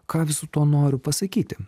ką visu tuo noriu pasakyti